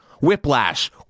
Whiplash